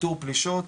איתור פלישות.